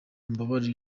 mumbabarire